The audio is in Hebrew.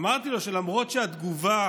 אמרתי לו שלמרות שהתגובה